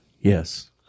Yes